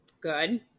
Good